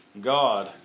God